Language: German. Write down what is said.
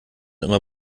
immer